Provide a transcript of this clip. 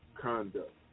conduct